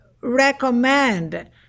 recommend